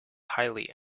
highly